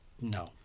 No